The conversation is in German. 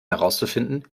herauszufinden